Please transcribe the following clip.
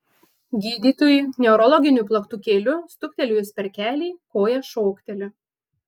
gydytojui neurologiniu plaktukėliu stuktelėjus per kelį koja šokteli